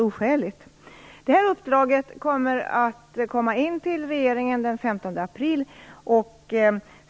Resultatet av detta uppdrag inkommer till regeringen den 15 april.